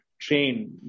train